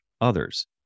others